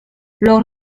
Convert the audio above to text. los